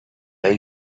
ahí